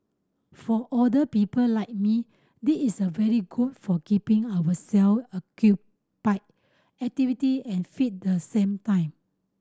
for older people like me this is a very good for keeping ourself occupied activity and fit the same time